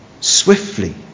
swiftly